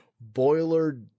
boiler